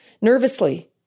nervously